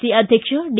C ಅಧ್ಯಕ್ಷ D